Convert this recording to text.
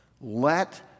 let